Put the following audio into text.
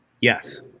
yes